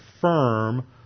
firm